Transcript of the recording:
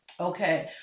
Okay